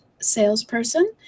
salesperson